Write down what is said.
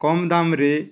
କମ ଦାମରେ